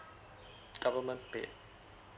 government paid